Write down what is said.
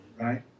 right